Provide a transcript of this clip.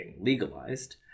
legalized